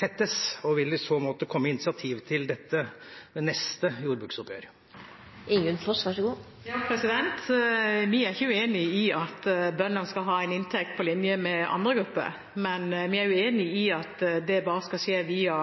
tettes, og vil en i så måte komme med initiativ til dette ved neste jordbruksoppgjør? Vi er ikke uenig i at bøndene skal ha en inntekt på linje med andre grupper, men vi er uenig i at det bare skal skje via